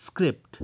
script